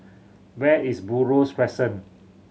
where is Buroh Crescent